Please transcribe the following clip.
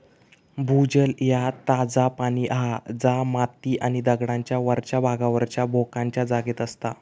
भूजल ह्या ताजा पाणी हा जा माती आणि दगडांच्या वरच्या भागावरच्या भोकांच्या जागेत असता